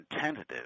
tentative